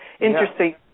Interesting